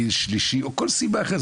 גיל שלישי או כל סיבה אחרת,